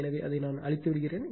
எனவே அதை அழிக்க விடுகிறேன்